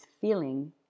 feeling